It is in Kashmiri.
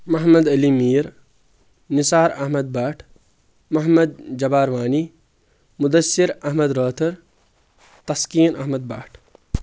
محمد علی میٖر نسار احمد بٹھ محمد جبار وانی مُدثر احمد رٲتھٕر تسکیٖن احمد بٹھ